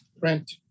print